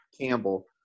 Campbell